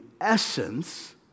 essence